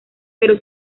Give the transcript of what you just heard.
pero